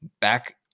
back